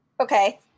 Okay